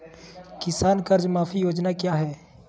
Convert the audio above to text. किसान कर्ज माफी योजना क्या है?